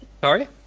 Sorry